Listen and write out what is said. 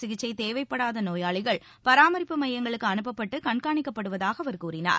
சிகிச்சை தேவைப்படாத நோயாளிகள் பராமரிப்பு மையங்களுக்கு அனுப்பப்பட்டு அவசர கண்காணிக்கப்படுவதாக அவர் கூறினார்